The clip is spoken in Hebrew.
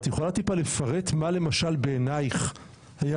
את יכולה טיפה לפרט מה למשל בעינייך היה